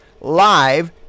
live